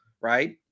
right